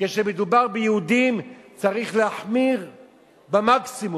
כשמדובר ביהודים צריך להחמיר במקסימום.